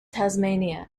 tasmania